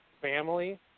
family